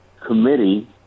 committee